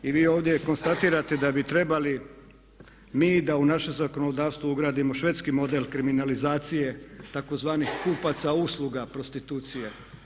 I vi ovdje konstatirate da bi trebali mi da u našem zakonodavstvu ugradimo švedski model kriminalizacije tzv. kupaca usluga prostitucije.